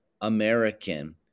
American